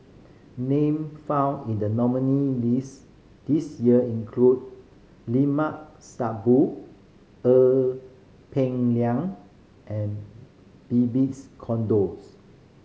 name found in the nominee list this year include Limat Sabtu Ee Peng Liang and Babes Conde